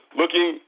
looking